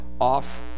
off